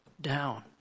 down